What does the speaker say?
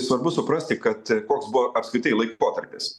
svarbu suprasti kad koks buvo apskritai laikotarpis